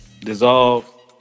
Dissolve